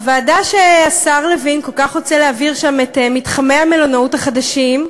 הוועדה שהשר לוין כל כך רוצה להעביר שם את מתחמי המלונאות החדשים,